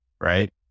right